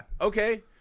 okay